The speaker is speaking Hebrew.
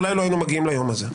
אולי לא היינו מגיעים ליום הזה.